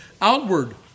outward